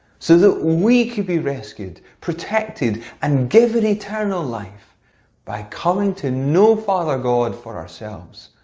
so that we could be rescued, protected and given eternal life by coming to know father god for ourselves,